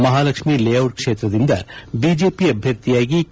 Mahalakshmi layout ಕ್ಷೇತ್ರದಿಂದ BJP ಅಭ್ಯರ್ಥಿಯಾಗಿ K